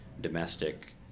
domestic